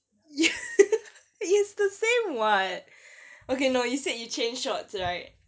you is the same what okay no you said you change shorts right